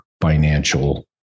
financial